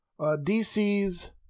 DC's